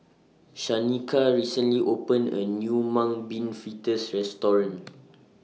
Shanika recently opened A New Mung Bean Fritters Restaurant